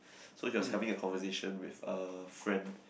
so she was having a conversation with a friend